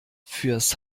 fürs